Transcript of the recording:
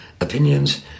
opinions